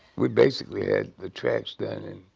we basically had the tracks done in,